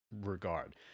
regard